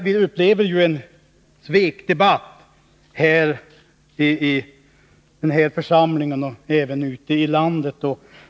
Vi upplever ju en svekdebatt både i denna församling och ute i landet.